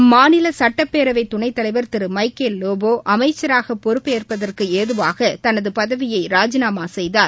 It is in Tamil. அம்மாநிலசட்டப்பேரவைத்துணைத்தலைவர் திருமைக்கேல் லோபோஅமைச்சராகபொறுப்பேற்பதற்குஏதுவாக தனதுபதவியைராஜினாமாசெய்தார்